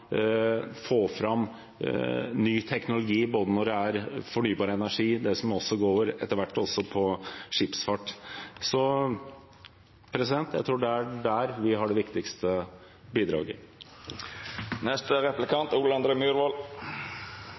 ny teknologi for fornybar energi, og etter hvert også det som går på skipsfart. Jeg tror det er der vi har det viktigste bidraget.